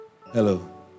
Hello